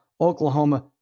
Oklahoma